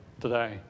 today